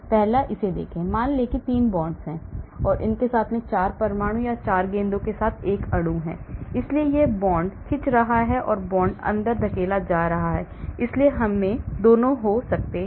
पहला इसे देखें मान लें कि 3 bonds के साथ 4 परमाणु या 4 गेंदों के साथ एक अणु है इसलिए यह bond खींच रहा है bond अंदर धकेल दिया जाता है इसलिए दोनों हो सकते हैं